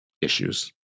issues